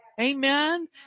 Amen